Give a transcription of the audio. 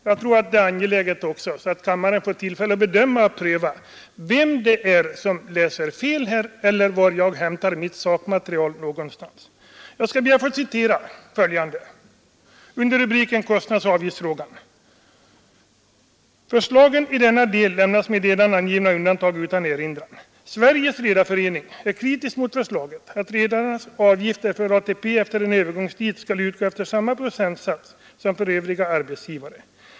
Jag tror det är angeläget jag gör detta, så att kammarens ledamöter får tillfälle att bedöma och pröva vem det är som läser fel här eller var jag hämtar mitt sakmaterial. Under rubriken Kostnadsoch avgiftsfrågan heter det på s. 77: ”Förslagen i denna del lämnas med nedan angivna undantag utan erinran. Sveriges redareförening är kritisk mot förslaget att redarnas avgifter för ATP efter en övergångstid skall utgå efter samma procentsats som för övriga arbetsgivare.